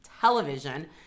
television